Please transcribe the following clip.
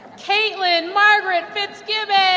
caitlin margaret fitzgibbon.